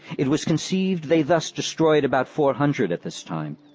it was conceived they thus destroyed about four hundred at this time.